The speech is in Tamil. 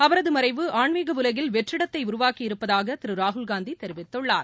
அவரது மறைவு ஆன்மீக உலகில் வெற்றிடத்தை உருவாக்கியிருப்பதாக திரு ராகுல்காந்தி தெரிவித்துள்ளார்